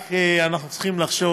רק אנחנו צריכים לחשוב